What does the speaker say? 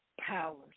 Powers